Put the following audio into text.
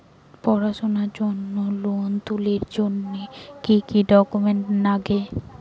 পড়াশুনার জন্যে লোন তুলির জন্যে কি কি ডকুমেন্টস নাগে?